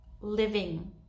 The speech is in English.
living